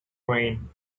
rain